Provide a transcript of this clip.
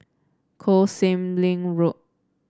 Koh Sek Lim Road